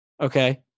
Okay